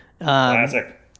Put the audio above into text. Classic